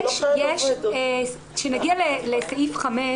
כשנגיע לסעיף 5,